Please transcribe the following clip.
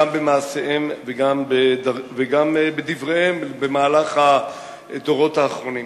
גם במעשיהם וגם בדבריהם, במהלך הדורות האחרונים.